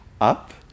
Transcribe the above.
up